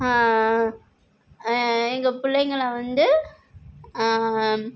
எங்கள் பிள்ளைங்கள வந்து